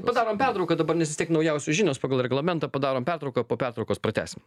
padarom pertrauką dabar nes vis tiek naujausios žinios pagal reglamentą padarom pertrauką po pertraukos pratęsim